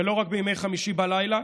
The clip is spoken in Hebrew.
ולא רק בימי חמישי בלילה,